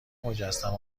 مجسمه